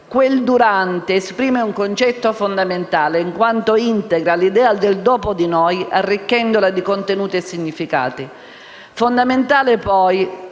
Quel «durante» esprime un concetto fondamentale, in quanto integra l'idea del "dopo di noi" arricchendola di contenuti e significati. Fondamentale, poi,